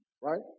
right